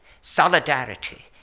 solidarity